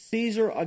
Caesar